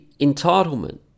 entitlement